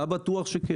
בטוח שאתה כן.